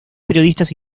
periodistas